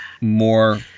more